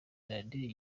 radiyo